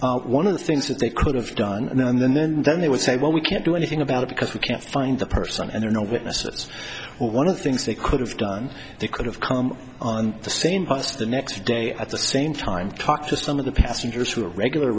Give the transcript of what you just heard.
gone one of the things that they could have done now and then then then they would say well we can't do anything about it because we can't find the person and there are no witnesses one of the things they could have done they could have come on the same bus the next day at the same time talk to some of the passengers who were regular